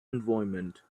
environment